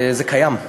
זה קיים.